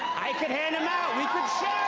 i can hand em out. we could